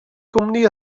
gwmni